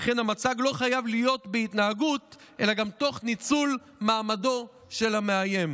וכן המצג לא חייב להיות בהתנהגות אלא גם תוך ניצול מעמדו של המאיים